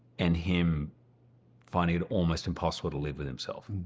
and him finding it almost impossible to live with himself.